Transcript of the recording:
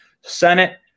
Senate